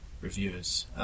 reviewers